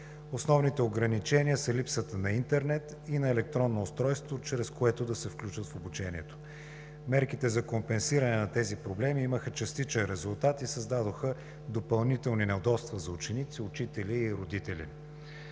Основните ограничения са липсата на интернет и на електронно устройство, чрез което да се включат в обучението. Мерките за компенсиране на тези проблеми имаха частичен резултат и създадоха допълнителни неудобства за ученици, учители и родители.